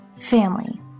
family